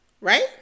right